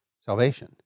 salvation